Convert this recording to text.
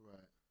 Right